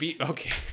Okay